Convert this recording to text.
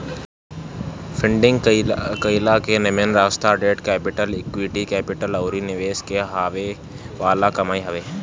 funding कईला के निमन रास्ता डेट कैपिटल, इक्विटी कैपिटल अउरी निवेश से हॉवे वाला कमाई हवे